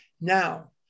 Now